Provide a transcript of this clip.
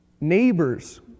neighbors